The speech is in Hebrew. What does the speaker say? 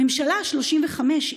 הממשלה השלושים-וחמש,